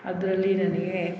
ಅದರಲ್ಲಿ ನನಗೆ